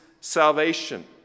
salvation